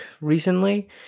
recently